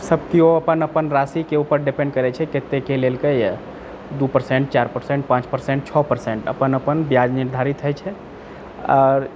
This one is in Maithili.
सब केओ अपन अपन राशिके ऊपर डिपेंड करै छै कतेके लेलकै यऽ दू परसेंट चारि परसेंट पांँच परसेंट छओ परसेंट अपन अपन ब्याज निर्धारित होइत छै आओर